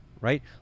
right